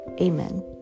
Amen